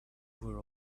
were